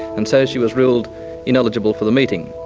and so she was ruled ineligible for the meeting.